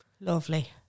Lovely